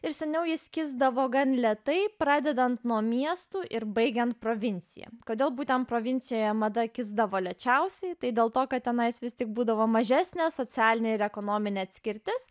ir seniau jis kisdavo gan lėtai pradedant nuo miestų ir baigiant provincija kodėl būtent provincijoje mada kisdavo lėčiausiai tai dėl to kad tenai vis tiek būdavo mažesnė socialinė ekonominė atskirtis